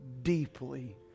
Deeply